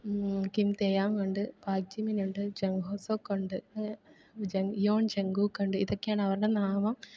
Kim തേയാങ്ങുണ്ട് പാചിമിനുണ്ട് Jung ഹോ സോക്കുണ്ട് ഇയോൻ ജംഗുക്കുണ്ട് ഇതൊക്കെയാണ് അവരുടെ നാമം